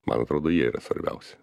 man atrodo jie yra svarbiausi